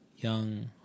young